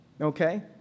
Okay